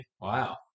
Wow